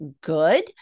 good